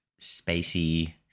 spacey